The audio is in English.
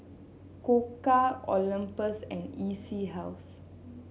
Koka Olympus and E C House